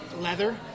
leather